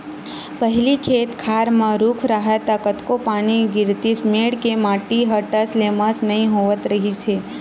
पहिली खेत खार म रूख राहय त कतको पानी गिरतिस मेड़ के माटी ह टस ले मस नइ होवत रिहिस हे